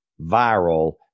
viral